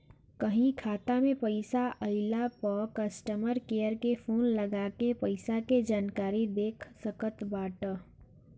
कहीं खाता में पईसा आइला पअ कस्टमर केयर के फोन लगा के पईसा के जानकारी देख सकत बाटअ